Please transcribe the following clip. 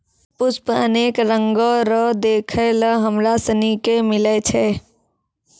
पुष्प अनेक रंगो रो देखै लै हमरा सनी के मिलै छै